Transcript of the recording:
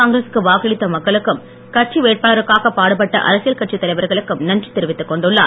காங்கிரசுக்கு வாக்களித்த மக்களுக்கும் கட்சி வேட்பாளருக்காக பாடுப்பட்ட அரசியல் கட்சித் தலைவர்களுக்கும் நன்றி தெரிவித்துக் கொண்டுள்ளார்